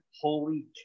holy